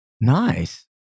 Nice